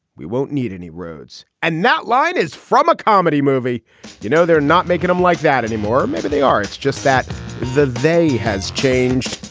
we won't need any roads and not line is from a comedy movie you know they're not making them like that anymore. maybe they are it's just that they has changed.